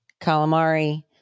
calamari